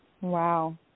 Wow